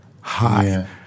High